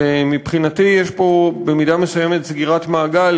שמבחינתי יש פה במידה מסוימת סגירת מעגל,